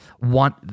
want